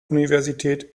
universität